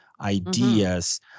ideas